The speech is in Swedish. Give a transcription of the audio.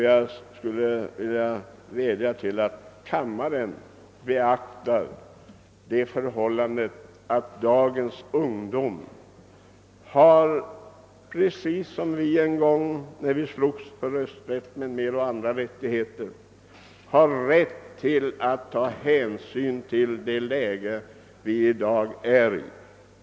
Jag skulle vilja vädja till kammaren att beakta att dagens ungdom har rätt att utnyttja det rådande läget på samma sätt som vi hade när vi en gång kämpade för rösträtt och andra rättigheter.